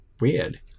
Weird